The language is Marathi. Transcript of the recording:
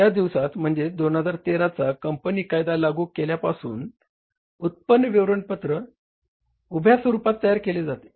या दिवसात म्हणजेच 2013 चा कंपनी कायदा लागू केल्या पासून उत्पन्न विवरणपत्र उभ्या स्वरूपात तयार केले जाते